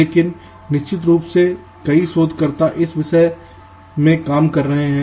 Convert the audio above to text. लेकिन निश्चित रूप से कई शोधकर्ता इस दिशा में चल रहे हैं